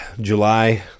July